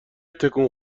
تکون